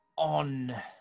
on